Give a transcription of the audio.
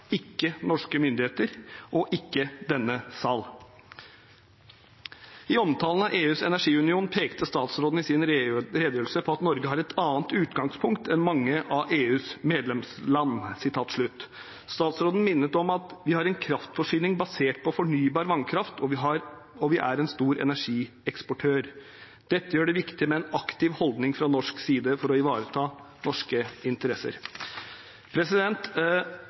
ikke norske myndigheter og ikke denne sal. I omtalen av EUs energiunion pekte statsråden i sin redegjørelse på at «Norge har et annet utgangspunkt enn mange av EUs medlemsland». Statsråden minnet om at vi «har en kraftforsyning basert på fornybar vannkraft, og vi er en stor energieksportør. Dette gjør det viktig med en aktiv holdning fra norsk side for å ivareta norske interesser».